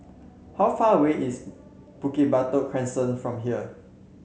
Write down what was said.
how far away is Bukit Batok Crescent from here